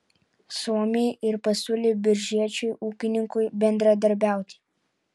suomiai ir pasiūlė biržiečiui ūkininkui bendradarbiauti